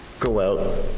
go out,